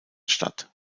statt